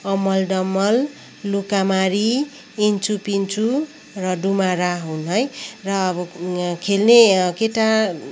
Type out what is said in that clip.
अमल डमल लुकामारी इन्चु पिन्चु र डुमारा हुन् है र अब खेल्ने केटा